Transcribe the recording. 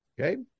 Okay